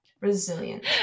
resilient